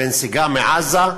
בנסיגה מעזה,